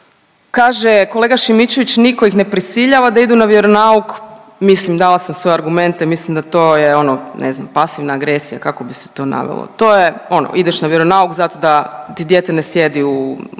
kaže kolega Šimičević nitko ih ne prisiljava na idu na vjeronauk. Mislim dala sam svoje argumente, mislim da to je ono ne znam pasivna agresija kako bi se to navelo. To je ono ideš na vjeronauk zato da ti dijete ne sjedi u